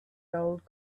gold